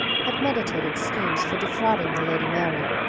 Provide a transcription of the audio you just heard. had meditated schemes for defrauding the lady mary,